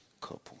couple